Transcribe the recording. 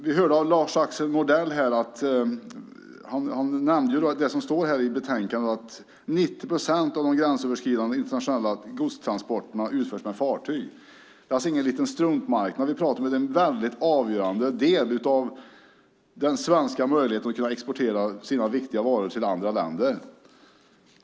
Vi hörde av Lars-Axel Nordell, och det står också i betänkandet, att 90 procent av de gränsöverskridande internationella godstransporterna utförs med fartyg. Det är alltså ingen liten struntmarknad vi talar om, utan det är en avgörande faktor för den svenska möjligheten att exportera viktiga varor till andra länder.